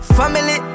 family